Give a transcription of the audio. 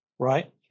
right